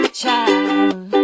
child